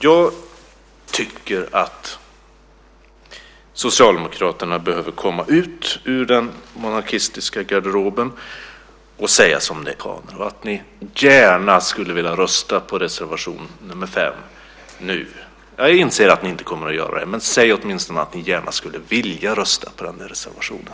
Jag tycker att Socialdemokraterna behöver komma ut ur den monarkistiska garderoben och säga som det är, att ni är republikaner och att ni gärna skulle vilja rösta på reservation 5 nu. Jag inser att ni inte kommer att göra det, men säg åtminstone att ni skulle vilja rösta på den reservationen!